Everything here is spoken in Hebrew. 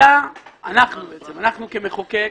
אנחנו כמחוקק,